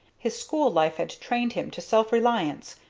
his school-life had trained him to self-reliance,